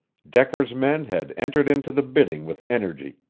decker's men had entered into the bidding with energy.